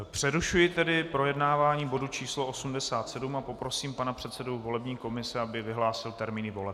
Přerušuji tedy projednávání bodu číslo 87 a poprosím pana předsedu volební komise, aby vyhlásil termíny voleb.